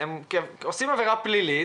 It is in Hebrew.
הם עושים עבירה פלילית,